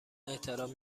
احترام